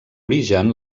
origen